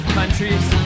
countries